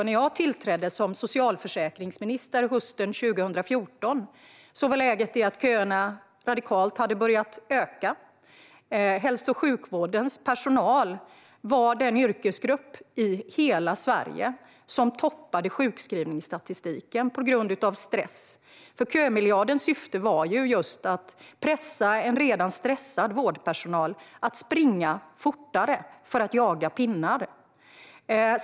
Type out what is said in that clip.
När jag tillträdde som socialförsäkringsminister hösten 2014 var läget det att köerna radikalt hade börjat öka. Hälso och sjukvårdens personal var den yrkesgrupp i hela Sverige som toppade sjukskrivningsstatistiken på grund av stress. Kömiljardens syfte var nämligen att man skulle pressa en redan stressad vårdpersonal att springa fortare för att jaga pinnar.